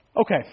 Okay